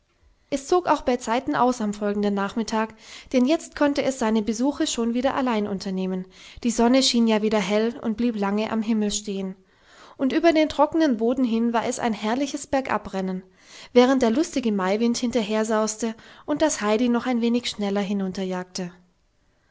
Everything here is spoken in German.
es zog auch beizeiten aus am folgenden nachmittag denn jetzt konnte es seine besuche schon wieder allein unternehmen die sonne schien ja wieder hell und blieb lange am himmel stehen und über den trockenen boden hin war es ein herrliches bergabrennen während der lustige maiwind hinterhersauste und das heidi noch ein wenig schneller